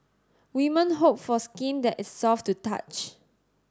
women hope for skin that is soft to touch